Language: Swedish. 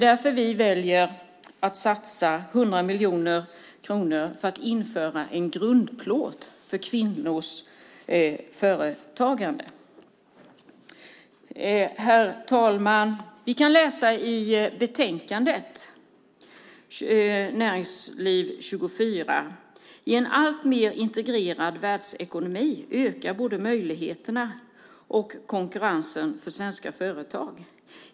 Därför väljer vi att satsa 100 miljoner på att införa en grundplåt för kvinnors företagande. Herr talman! Vi kan läsa i betänkandet om utgiftsområde 24 Näringsliv: "I en alltmer integrerad världsekonomi ökar både möjligheterna och konkurrensen för svenska företag.